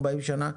40 שנה,